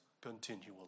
continually